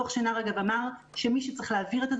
דוח שנהר אמר שמי שצריך להעביר את זה